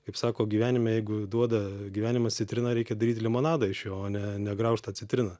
kaip sako gyvenime jeigu duoda gyvenimas citriną reikia daryt limonadą iš jo o ne ne graužt tą citriną